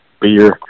beer